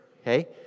Okay